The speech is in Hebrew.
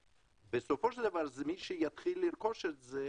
בסופו של דבר מי שיתחיל לרכוש את זה